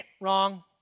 wrong